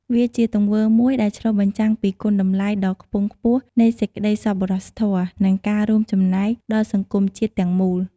វាជាទង្វើមួយដែលឆ្លុះបញ្ចាំងពីគុណតម្លៃដ៏ខ្ពង់ខ្ពស់នៃសេចក្តីសប្បុរសធម៌ និងការរួមចំណែកដល់សង្គមជាតិទាំងមូល។